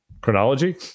chronology